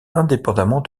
indépendamment